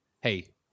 hey